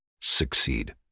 Succeed